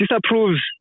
disapproves